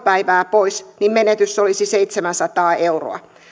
päivää pois ja menetys olisi seitsemänsataa euroa